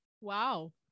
wow